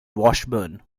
washburn